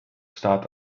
staat